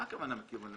מה הכוונה?